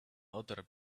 other